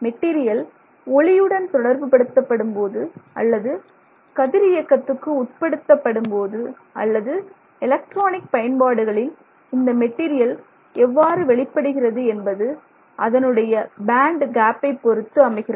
material ஒளியுடன் தொடர்பு படுத்தப்படும் போது அல்லது கதிரியக்கத்துக்கு உட்படுத்தப்படும்போது அல்லது எலக்ட்ரானிக் பயன்பாடுகளின் இந்த மெட்டீரியல் எவ்வாறு வெளிப்படுத்துகிறது என்பது அதனுடைய பேன்ட் கேப்பை பொருத்து அமைகிறது